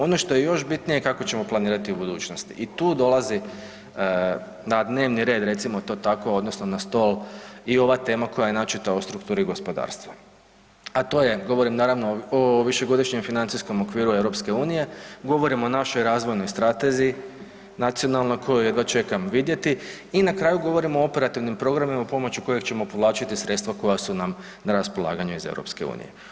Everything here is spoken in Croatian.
Ono što je još bitnije kako ćemo planirati u budućnosti i tu dolazi na dnevni red, recimo to tako, odnosno na stol i ova tema koja je načeta o strukturi gospodarstva, a to je, govorim naravno o višegodišnjem financijskom okviru EU, govorim o našoj razvojnoj strateziji, nacionalnoj koju jedva čekam vidjeti i na kraju govorim o operativnim programima pomoću kojeg ćemo povlačiti sredstva koja su nam na raspolaganju iz EU.